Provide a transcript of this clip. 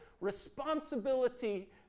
responsibility